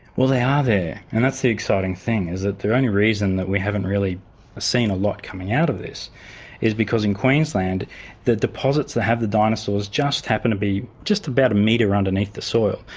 well, they are there, and that's the exciting thing is that the only reason that we haven't really seen a lot coming out of this is because in queensland the deposits that have the dinosaurs just happen to be just about a metre underneath the soil,